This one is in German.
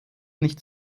nicht